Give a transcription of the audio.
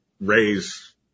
raise